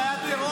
זה היה טרור.